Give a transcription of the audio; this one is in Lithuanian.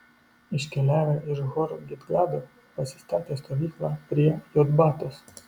iškeliavę iš hor gidgado pasistatė stovyklą prie jotbatos